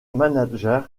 manager